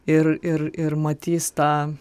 ir ir ir matys tą